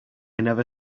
never